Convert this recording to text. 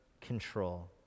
control